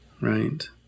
right